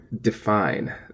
define